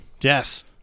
yes